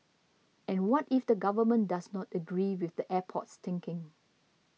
and what if the government does not agree with the airport's thinking